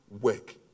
work